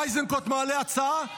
איזנקוט מעלה הצעה,